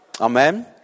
Amen